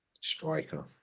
Striker